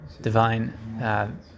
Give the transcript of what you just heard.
divine